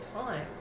time